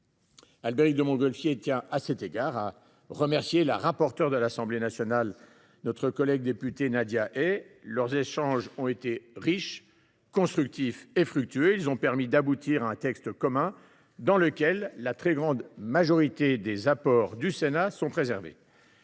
Albéric de Montgolfier tient à cet égard à remercier la rapporteure de l’Assemblée nationale, notre collègue députée Nadia Hai. Leurs échanges ont été riches, constructifs et fructueux. Ils ont permis d’aboutir à un texte commun, dans lequel les apports du Sénat sont, dans